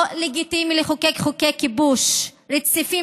לא לגיטימי לחוקק חוקי כיבוש רציפים,